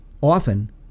often